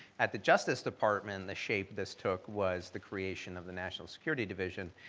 at the justice department the shape this took was the creation of the national security division,